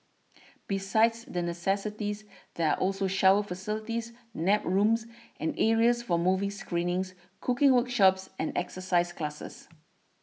besides the necessities there are also shower facilities nap rooms and areas for movie screenings cooking workshops and exercise classes